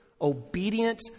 obedient